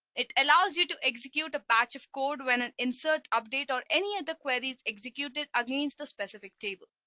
it allows you to execute a patch of code when an insert update or any other queries executed against the specific table.